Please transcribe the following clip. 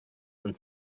und